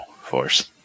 Force